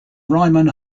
riemann